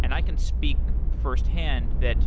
and i can speak firsthand that